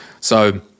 So-